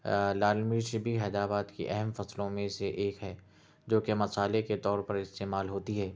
لال مرچ بھی حیدر آباد کی اہم فصلوں میں سے ایک ہے جو کہ مسالے کے طور پر استعمال ہوتی ہے